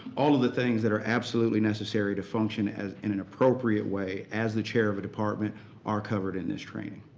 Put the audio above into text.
all of the things that are absolutely necessary to function in an appropriate way as the chair of a department are covered in this training.